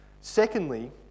Secondly